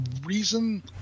reason